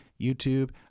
youtube